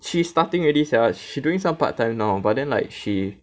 she starting already sia she doing some part time now but then like she